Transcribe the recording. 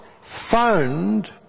found